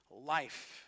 life